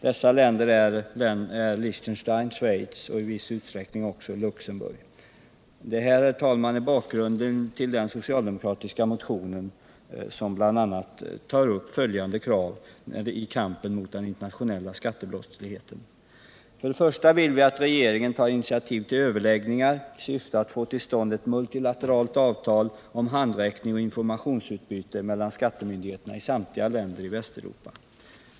Dessa länder är Liechtenstein, Schweiz och i viss utsträckning också Luxemburg. Detta, herr talman, är bakgrunden till den socialdemokratiska motionen, som bl.a. sätter upp följande krav i kampen mot den internationella skattebrottsligheten: För det första vill vi att regeringen tar initiativ till överläggningar i syfte att få till stånd ett multilateralt avtal om handräckning och informationsutbyte mellan skattemyndigheterna i samtliga länder i Västeuropa.